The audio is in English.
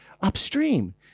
upstream